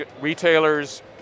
retailers